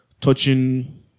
touching